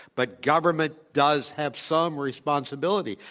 but government does have some responsibility.